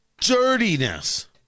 dirtiness